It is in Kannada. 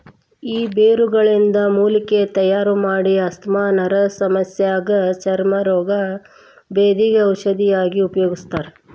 ಈ ಬೇರುಗಳಿಂದ ಮೂಲಿಕೆ ತಯಾರಮಾಡಿ ಆಸ್ತಮಾ ನರದಸಮಸ್ಯಗ ಚರ್ಮ ರೋಗ, ಬೇಧಿಗ ಔಷಧಿಯಾಗಿ ಉಪಯೋಗಿಸ್ತಾರ